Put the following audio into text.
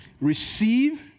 Receive